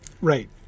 Right